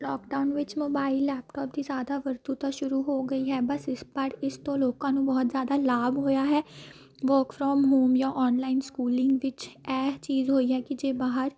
lockdown ਵਿੱਚ mobile laptop ਦੀ ਜ਼ਿਆਦਾ ਵਰਤੋਂ ਤਾਂ ਸ਼ੁਰੂ ਹੋ ਗਈ ਹੈ ਬਸ ਇਸ ਪਰ ਇਸ ਤੋਂ ਲੋਕਾਂ ਨੂੰ ਬਹੁਤ ਜ਼ਿਆਦਾ ਲਾਭ ਹੋਇਆ ਹੈ ਵਰਕ ਫਰੋਮ ਹੋਮ ਜਾਂ ਔਨਲਾਈਨ ਸਕੂਲਿੰਗ ਵਿੱਚ ਇਹ ਚੀਜ਼ ਹੋਈ ਹੈ ਕਿ ਜੇ ਬਾਹਰ